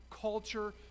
culture